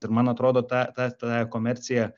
ir man atrodo ta ta ta e komercija